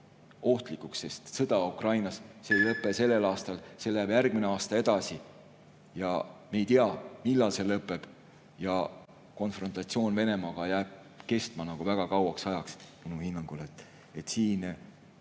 ohtlikuks, sest sõda Ukrainas ei lõpe sellel aastal, see läheb järgmisel aastal edasi. Me ei tea, millal see lõpeb. Ja konfrontatsioon Venemaaga jääb kestma väga kauaks ajaks minu